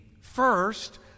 first